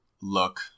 look